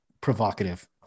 provocative